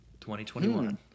2021